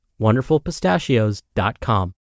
WonderfulPistachios.com